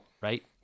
right